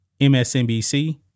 MSNBC